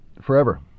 forever